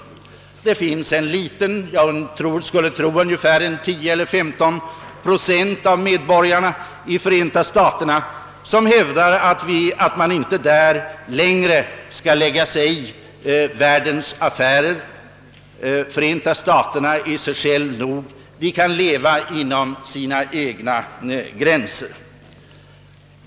Det finns en liten grupp medborgare i Förenta staterna, troligen uppgående till 10—15 procent, som hävdar att Förenta staterna inte längre skall lägga sig i världens affärer ty För enta staterna är sig självt nog och kan leva inom de egna gränserna.